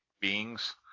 beings